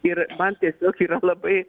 ir man tiesiog yra labai